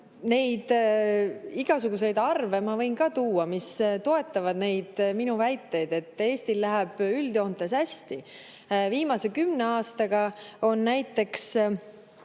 igasuguseid arve ma võin ka tuua, mis toetavad minu väidet, et Eestil läheb üldjoontes hästi. Viimase kümne aastaga on näiteks